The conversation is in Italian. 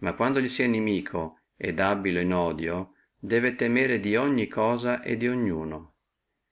ma quando li sia inimico et abbilo in odio debbe temere dogni cosa e dognuno